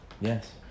Yes